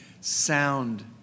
sound